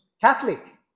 Catholic